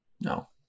No